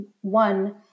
one